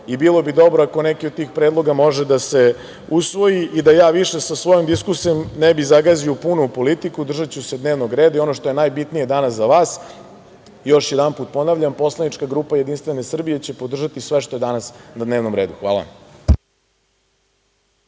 i bilo bi dobro ako neki od tih predloga može da se usvoji i da ja više sa svojom diskusijom ne bih zagazio puno u politiku, držaću se dnevnog reda. Ono što je najbitnije danas za vas, još jedanput ponavljam, poslanička grupa Jedinstvene Srbije će podržati sve što je danas na dnevnom redu. Hvala.